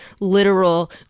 literal